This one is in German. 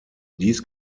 dies